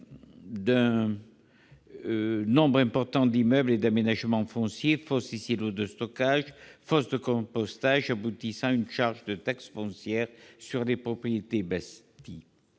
d'un nombre important d'immeubles et d'aménagements fonciers- fosses et silos de stockage, fosses de compostage -aboutissant à une charge de taxe foncière sur les propriétés bâties.